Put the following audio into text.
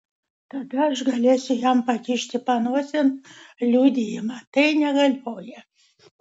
tada aš galėsiu jam pakišti panosėn liudijimą tai negalioja